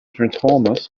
transformers